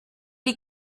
die